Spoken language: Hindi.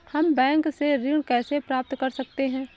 हम बैंक से ऋण कैसे प्राप्त कर सकते हैं?